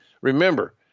remember